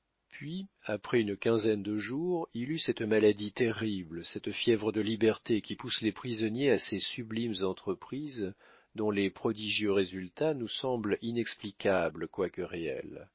puis après une quinzaine de jours il eut cette maladie terrible cette fièvre de liberté qui pousse les prisonniers à ces sublimes entreprises dont les prodigieux résultats nous semblent inexplicables quoique réels